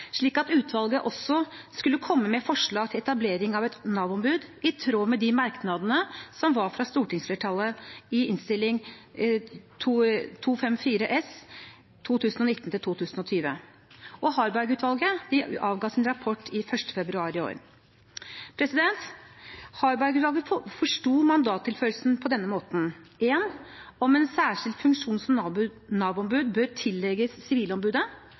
slik at utvalget også skulle komme med forslag til etablering av et Nav-ombud, i tråd med merknadene fra stortingsflertallet i Innst. 254 S for 2019–2020. Harberg-utvalget avga sin rapport 1. februar i år. Harberg-utvalget forsto mandattilføyelsen på denne måten: vurdere om en særskilt funksjon som Nav-ombud bør tillegges Sivilombudet